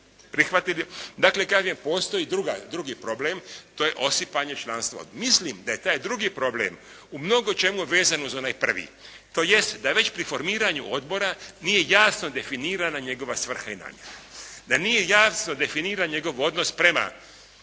prihvatili. Dakle, kažem postoji drugi problem. To je osipanje članstva. Mislim da je taj drugi problem u mnogočemu vezan uz onaj prvi tj. da je već pri formiranju odbora nije jasno definirana njegova svrha i namjena, da nije jasno definiran njegov odnos prema